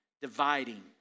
Dividing